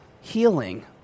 healing